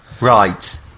right